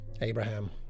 Abraham